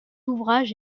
ouvrage